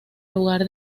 lugar